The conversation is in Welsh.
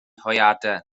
hwyaden